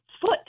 foot